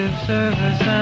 Service